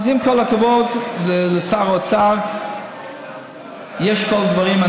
אז עם כל הכבוד לשר האוצר, יש פה עוד דברים.